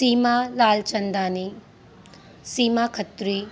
Seema Lalchandani